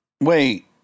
Wait